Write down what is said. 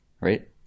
Right